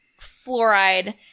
fluoride